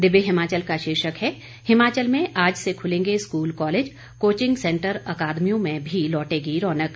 दिव्य हिमाचल का शीर्षक है हिमाचल में आज से खुलेंगे स्कूल कॉलेज कोचिंग सेंटर अकादमियों में भी लौटेगी रौनक